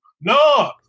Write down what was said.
No